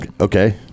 okay